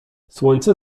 słońce